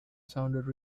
sounded